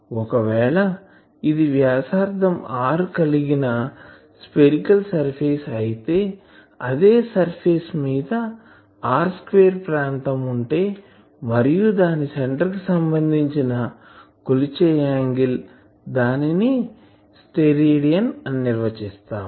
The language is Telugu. ఒకవేళ ఇది వ్యాసార్థం r కలిగిన స్పెరికల్ సర్ఫేస్ అయితే అదే సర్ఫేస్ మీద r స్క్వేర్ ప్రాంతం ఉంటే మరియు దాని సెంటర్ కి సంబంధించి కొలిచే యాంగిల్ దాని స్టెరేడియన్ అని నిర్వచిస్తాము